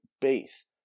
base